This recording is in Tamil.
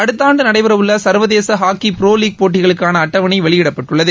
அடுத்த ஆண்டு நடைபெறவுள்ள சர்வதேச ஹாக்கி புரோ லீக் போட்டிகளுக்கான அட்டவணை வெளியிடப்பட்டுள்ளது